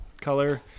color